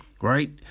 Right